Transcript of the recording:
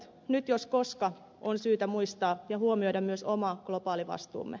nyt jos koskaan on syytä muistaa ja huomioida myös oma globaali vastuumme